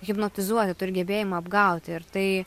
hipnotizuoti turi gebėjimą apgauti ir tai